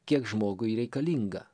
kiek žmogui reikalinga